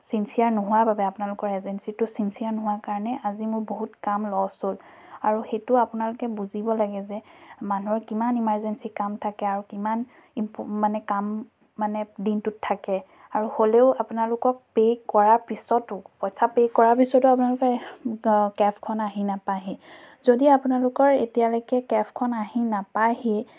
sincere নোহোৱা বাবে আপোনালোকৰ এজেঞ্চিটো চিঞ্চিয়াৰ নোহোৱাৰ কাৰণে আজি মোৰ বহুত কাম লছ হ'ল আৰু সেইটো আপোনালোকে বুজিব লাগে যে মানুহৰ কিমান ইমাৰজেঞ্চি কাম থাকে আৰু কিমান ইম্প মানে কাম মানে দিনটোত থাকে আৰু হ'লেও অপোনালোকক পে' কৰাৰ পিছতো পইচা পে' কৰাৰ পিছতো আপোনালোকে কেবখন আহি নাপায়হি যদি আপোনালোকৰ এতিয়ালৈকে কেবখন আহি নাপায়হি